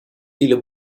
viele